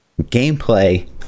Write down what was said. Gameplay